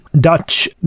Dutch